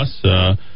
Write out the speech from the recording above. Plus